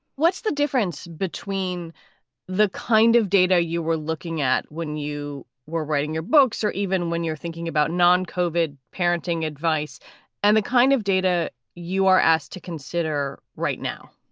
what's the difference between the kind of data you were looking at when you were writing your books or even when you're thinking about non kovik parenting advice and the kind of data you are asked to consider right now?